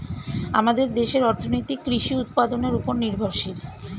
আমাদের দেশের অর্থনীতি কৃষি উৎপাদনের উপর নির্ভরশীল